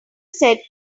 said